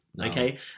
Okay